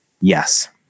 Yes